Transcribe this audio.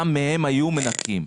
גם מהן היו מנכים.